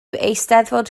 eisteddfod